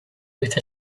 with